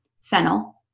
fennel